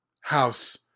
house